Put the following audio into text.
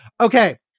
Okay